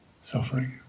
Suffering